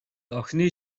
охины